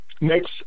Next